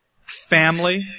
family